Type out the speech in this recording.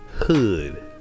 Hood